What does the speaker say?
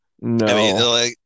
No